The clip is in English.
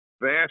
vast